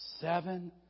seven